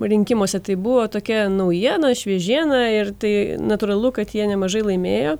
rinkimuose tai buvo tokia naujiena šviežiena ir tai natūralu kad jie nemažai laimėjo